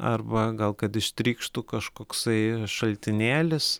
arba gal kad ištrykštų kažkoksai šaltinėlis